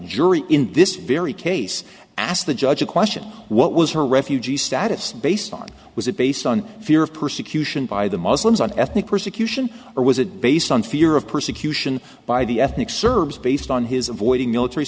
jury in this very case asked the judge a question what was her refugee status based on was it based on fear of persecution by the muslims on ethnic persecution or was it based on fear of persecution by the ethnic serbs based on his avoiding military